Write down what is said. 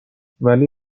ولی